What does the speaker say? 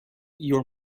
your